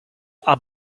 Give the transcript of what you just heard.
are